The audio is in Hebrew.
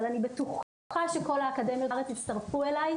אבל אני בטוחה שכל האקדמיות בארץ יצטרפו אליי,